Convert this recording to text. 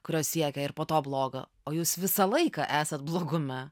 kurios siekia ir po to bloga o jūs visą laiką esat blogume